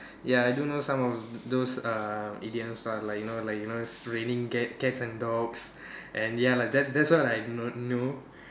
ya I do know some of those um idioms ah like you know like you know raining cats cats and dogs and ya lah that's that's all I know know